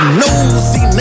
nosy